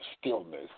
stillness